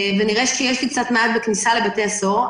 ונראה שיש --- בכניסה לבתי הסוהר,